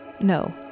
No